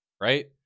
right